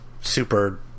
super